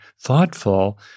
thoughtful